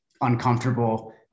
uncomfortable